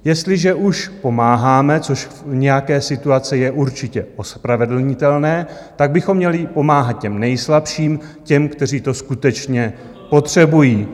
Jestliže už pomáháme, což v nějaké situaci je určitě ospravedlnitelné, tak bychom měli pomáhat těm nejslabším, těm, kteří to skutečně potřebují.